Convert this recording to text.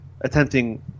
attempting